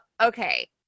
okay